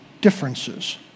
differences